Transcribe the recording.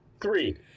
three